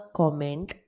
comment